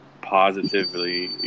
positively